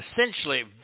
essentially